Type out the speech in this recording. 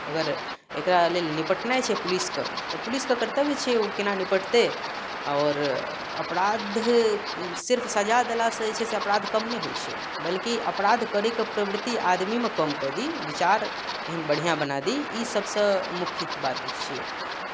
अगर एकरा लेल निपटनाय छै पुलिसके तऽ पुलिसके कर्तव्य छियै कोना निपटतै आओर अपराध सिर्फ सजा देलासँ जे छै से अपराध कम नहि होइ छै बल्कि अपराध करैके प्रवृति आदमीमे कम कऽ दी विचार एहन बढ़िआँ बना दी ई सबसँ मुख्य बात छियै